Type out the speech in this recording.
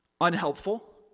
unhelpful